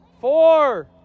four